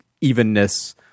evenness